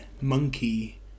monkey